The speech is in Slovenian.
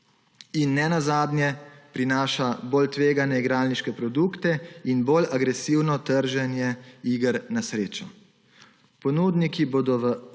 In ne nazadnje, prinaša bolj tvegane igralniške produkte in bolj agresivno trženje iger na srečo.